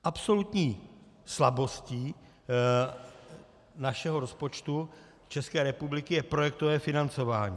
Absolutní slabostí našeho rozpočtu České republiky je projektové financování.